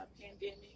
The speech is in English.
pandemic